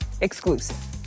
exclusive